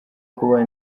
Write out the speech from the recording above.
kuba